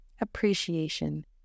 appreciation